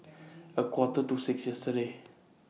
A Quarter to six yesterday